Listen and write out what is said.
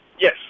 Yes